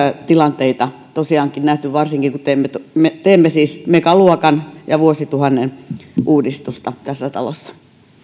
tilanteita tosiaan nähty varsinkin kun me teemme siis megaluokan ja vuosituhannen uudistusta tässä talossa